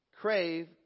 crave